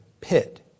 Pit